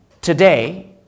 today